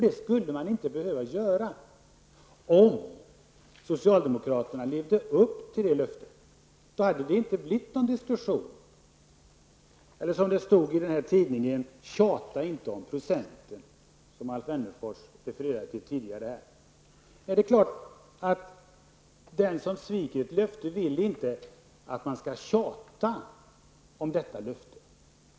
Det skulle man inte behöva göra om socialdemokraterna levde upp till det löftet; då hade det inte blivit någon diskussion. Tjata inte om procenten, stod det i den tidning som Alf Wennerfors refererade till här tidigare. Ja, det är klart att den som sviker ett löfte inte vill att vi skall tjata om detta löfte.